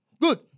good